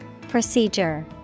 Procedure